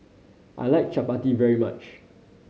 I like Chapati very much